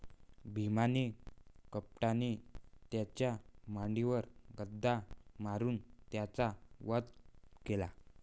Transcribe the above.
भीमाने कपटाने त्याच्या मांडीवर गदा मारून त्याचा वध केला